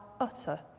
utter